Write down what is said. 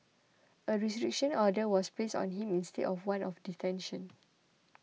a restriction order was placed on him instead of one of detention